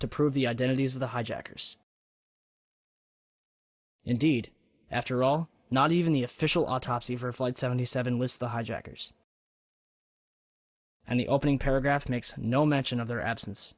to prove the identities of the hijackers indeed after all not even the official autopsy for flight seventy seven was the hijackers and the opening paragraph makes no mention of their absence